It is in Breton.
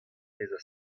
bezañ